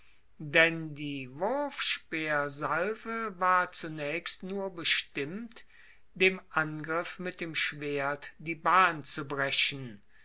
denn die wurfspeersalve war zunaechst nur bestimmt dem angriff mit dem schwert die bahn zu brechen